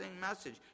message